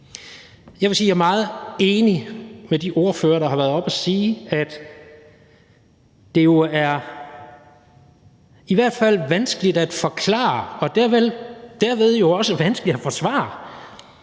jeg er meget enig med de ordførere, der har været oppe at sige, at det jo i hvert fald er vanskeligt at forklare, og derved jo også vanskeligt at forsvare,